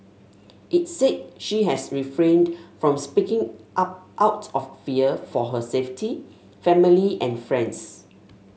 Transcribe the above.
it said she has refrained from speaking up out of fear for her safety family and friends